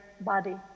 body